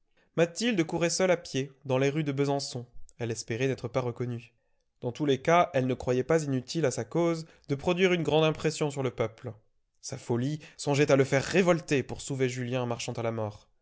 mathilde courait seule à pied dans les rues de besançon elle espérait n'être pas reconnue dans tous les cas elle ne croyait pas inutile à sa cause de produire une grande impression sur le peuple sa folie songeait à le faire révolter pour sauver julien marchant à la mort